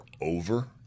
over